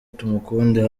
tumukunde